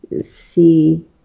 see